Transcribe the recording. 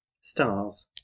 stars